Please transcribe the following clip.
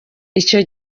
icyo